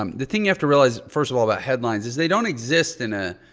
um the thing you have to realize first of all, about headlines is they don't exist in a,